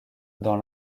dans